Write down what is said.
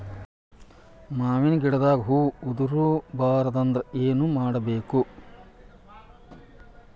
ಮಾವಿನ ಗಿಡದಾಗ ಹೂವು ಉದುರು ಬಾರದಂದ್ರ ಏನು ಮಾಡಬೇಕು?